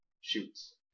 Shoots